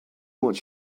what